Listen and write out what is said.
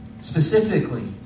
specifically